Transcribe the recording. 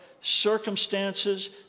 circumstances